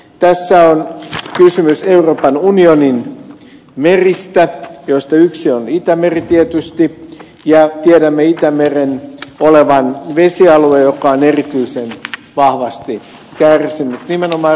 tässä on kysymys euroopan unionin meristä joista yksi on itämeri tietysti ja tiedämme itämeren olevan vesialue joka on erityisen vahvasti kärsinyt nimenomaan rehevöitymisestä